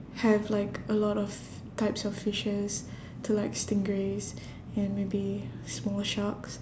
have like a lot of types of fishes so like stingrays and maybe small sharks